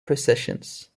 processions